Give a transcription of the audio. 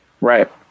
Right